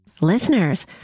Listeners